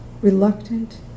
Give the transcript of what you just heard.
reluctant